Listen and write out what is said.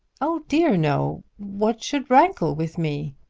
oh dear no. what should rankle with me?